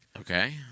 Okay